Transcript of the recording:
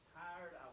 tired